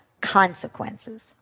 consequences